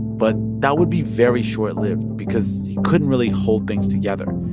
but that would be very short-lived because he couldn't really hold things together.